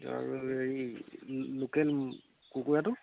হেৰি লোকেল কুকুৰাটো